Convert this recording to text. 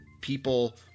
people